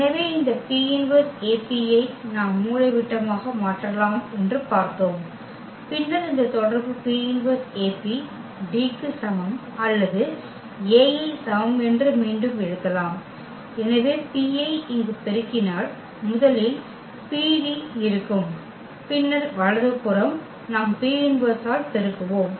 எனவே இந்த P−1AP ஐ நாம் மூலைவிட்டமாக மாற்றலாம் என்று பார்த்தோம் பின்னர் இந்த தொடர்பு P−1AP D க்கு சமம் அல்லது A ஐ சமம் என்று மீண்டும் எழுதலாம் எனவே P ஐ இங்கு பெருக்கினால் முதலில் PD இருக்கும் பின்னர் வலது புறம் நாம் P−1 ஆல் பெருக்குவோம்